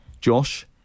Josh